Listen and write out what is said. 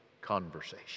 conversation